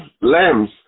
lambs